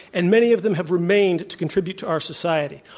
and many of them have remained to contribute to our society.